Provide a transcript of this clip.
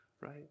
Right